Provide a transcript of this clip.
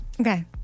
okay